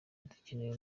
dukeneye